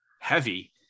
heavy